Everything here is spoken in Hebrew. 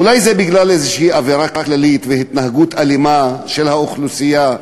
אולי זה בגלל איזו אווירה כללית והתנהגות אלימה של האוכלוסייה,